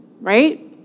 right